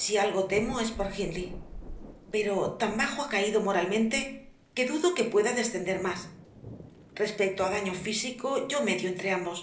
si algo temo es por hindley pero tan bajo ha caído moralmente que dudo que pueda descender más respecto a daño físico yo medio entre ambos